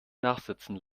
nachsitzen